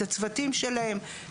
הצוותים שלהם.